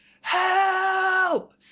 help